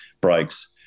breaks